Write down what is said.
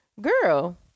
girl